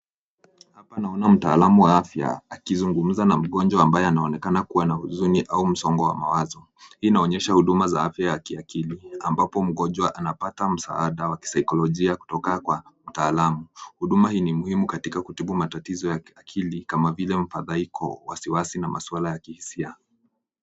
Hapa naona mtaalamu wa afya akizungumza na mgonjwa ambaye anaonekana kuwa na huzuni au msongo wa mawazo. Hii inaonyesha huduma za afya ya kiakili ambapo mgonjwa anapata msaada wa kisaikolojia kutoka kwa mtaalamu. Huduma hii ni muhimu katika kutibu matatizo ya kiakili kama vile mfadhaiko, wasiwasi na masuala ya kihisia.